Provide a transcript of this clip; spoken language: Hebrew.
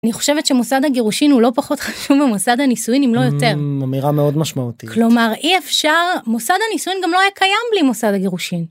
אני חושבת שמוסד הגירושין הוא לא פחות חשוב ממוסד הנישואין אם לא יותר. אמירה מאוד משמעותית. כלומר אי אפשר, מוסד הנישואין גם לא היה קיים בלי מוסד הגירושין.